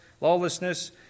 lawlessness